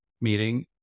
meeting